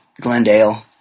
Glendale